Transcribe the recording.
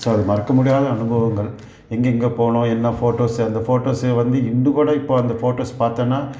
so அது மறக்க முடியாத அனுபவங்கள் எங்கெங்கே போனோம் என்ன ஃபோட்டோஸ் அந்த ஃபோட்டோஸ் வந்து இன்னும் கூட இப்போ அந்த ஃபோட்டோஸ் பாத்தோம்னா